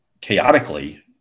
chaotically